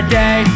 day